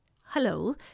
hello